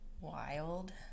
wild